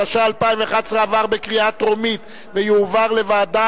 התשע"א 2011, לדיון מוקדם בוועדה